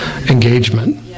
engagement